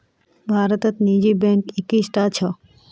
भारतत निजी बैंक इक्कीसटा छ